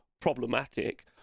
problematic